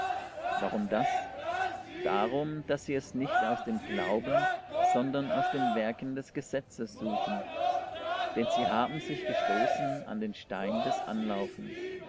warum das darum daß sie es nicht aus dem glauben sondern aus den werken des gesetzes suchen denn sie haben sich gestoßen an den stein des anlaufens